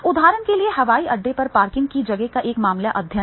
उदाहरण के लिए हवाई अड्डे पर पार्किंग की जगह का एक मामला अध्ययन है